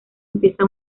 empieza